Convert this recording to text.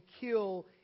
kill